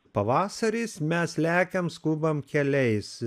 pavasaris mes lekiam skubam keliais